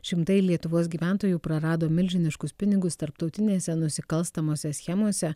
šimtai lietuvos gyventojų prarado milžiniškus pinigus tarptautinėse nusikalstamose schemose